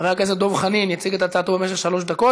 חבר הכנסת דב חנין יציג את הצעתו במשך שלוש דקות.